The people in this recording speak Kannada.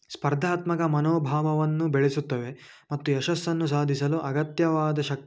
ಸ್ಪರ್ಧಾತ್ಮಕ ಮನೋಭಾವವನ್ನು ಬೆಳೆಸುತ್ತವೆ ಮತ್ತು ಯಶಸ್ಸನ್ನು ಸಾಧಿಸಲು ಅಗತ್ಯವಾದ ಶಕ್